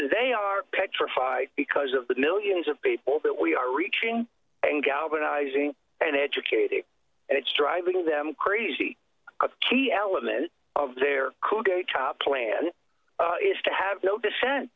they are petrified because of the millions of people that we are reaching and galvanizing and educating and it's driving them crazy a key element of their coup d'etat plan is to have no dissent